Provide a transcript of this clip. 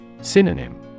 Synonym